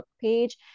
page